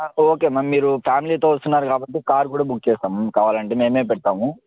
okay ma'am మీరు ఫ్యామిలీతో వస్తున్నారు కాబట్టి కార్ కూడా బుక్ చేస్తాము కావాలంటే మేమే పెడతాము